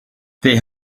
they